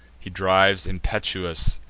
he drives impetuous,